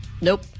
Nope